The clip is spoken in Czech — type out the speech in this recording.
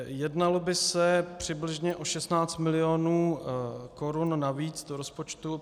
Jednalo by se přibližně o 16 mil. korun navíc do rozpočtu.